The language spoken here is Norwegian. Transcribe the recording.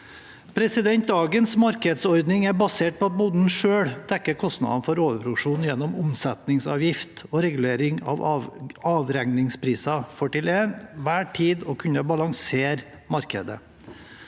forbrukere. Dagens markedsordning er basert på at bonden selv dekker kostnadene for overproduksjon gjennom omsetningsavgift og regulering av avregningspriser, for til enhver tid å kunne balansere markedet.